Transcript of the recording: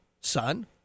son